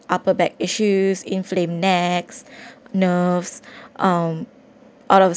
upper back issues inflame necks nerves um out of